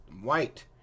white